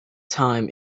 time